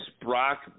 Brock